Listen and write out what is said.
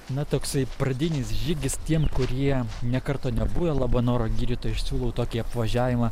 na toksai pradinis žygis tiem kurie nė karto nebuvę labanoro girioj tai aš siūlau tokį apvažiavimą